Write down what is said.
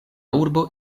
urbo